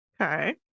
Okay